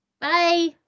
Bye